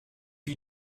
you